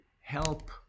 help